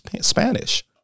Spanish